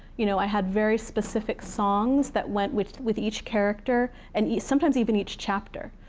you know i had very specific songs that went with with each character, and sometimes, even each chapter.